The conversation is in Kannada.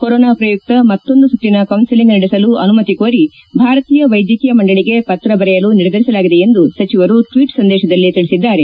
ಕೊರೋನಾ ಪ್ರಯುಕ್ತ ಮತ್ತೊಂದು ಸುತ್ತಿನ ಕೌನ್ಸಿಲಿಂಗ್ ನಡೆಸಲು ಅನುಮತಿ ಕೋರಿ ಭಾರತೀಯ ವೈದ್ಯಕೀಯ ಮಂಡಳಗೆ ಪತ್ರ ಬರೆಯಲು ನಿರ್ಧರಿಸಲಾಗಿದೆ ಎಂದು ಸಚಿವರು ಟ್ವೀಟ್ ಸಂದೇಶದಲ್ಲಿ ತಿಳಿಸಿದ್ದಾರೆ